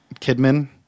Kidman